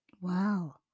Wow